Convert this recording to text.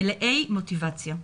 מלאי מוטיבציה.